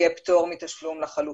יהיה פטור מתשלום לחלוטין.